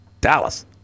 Dallas